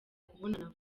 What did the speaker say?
kubonana